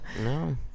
no